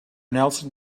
nelson